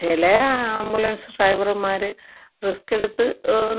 ചില ആംബുലൻസ് ഡ്രൈവർമാര് റിസ്ക്കെടുത്ത്